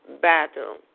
battle